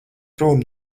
prom